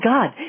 God